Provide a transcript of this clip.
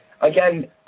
again